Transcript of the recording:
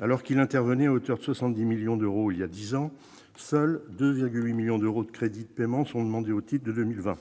Alors qu'il intervenait à hauteur de 70 millions d'euros il y a dix ans, seuls 2,8 millions d'euros de crédits de paiement sont demandés au titre de 2020.